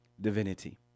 divinity